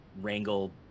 wrangle